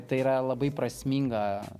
tai yra labai prasminga